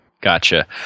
Gotcha